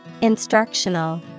Instructional